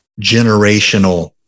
generational